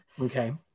Okay